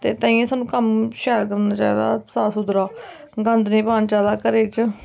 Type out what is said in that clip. ते ताइयें सानू कम्म करना चाहिदा ऐ शैल साफ सुथरा गंद नी पाना चाहिदा घरै च